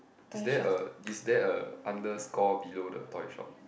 is there a is there a underscore below the toy shop